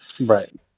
Right